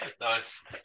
Nice